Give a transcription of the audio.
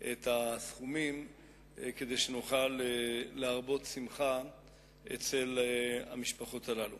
את הסכומים כדי שנוכל להרבות שמחה אצל המשפחות הללו.